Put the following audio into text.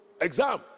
exam